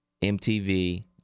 MTV